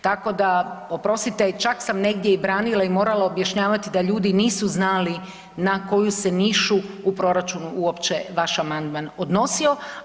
Tako da, oprostite čak sam negdje i branila i morala objašnjavati da ljudi nisu znali na koju se nišu u proračunu uopće vaš amandman odnosio.